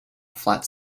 flat